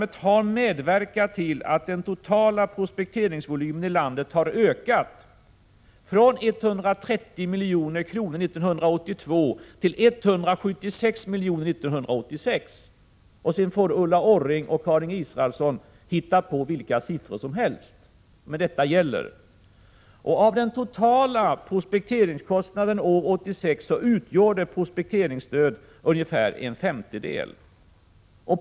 Detta program har medverkat till att den totala prospekteringsvolymen i landet har ökat från 130 milj.kr. 1982 till 176 milj.kr. 1986. Ulla Orring och Karin Israelsson får hitta på vilka siffror som helst — men det är dessa siffror som gäller. År 1986 utgjorde prospekteringsstödet ungefär en femtedel av den totala prospekteringskostnaden.